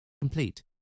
Complete